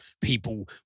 People